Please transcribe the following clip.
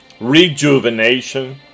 rejuvenation